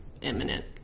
imminent